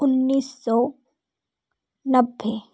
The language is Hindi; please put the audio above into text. उन्नीस सौ नब्बे